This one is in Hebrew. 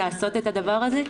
לעשות את הדבר הזה?